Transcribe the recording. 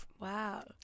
Wow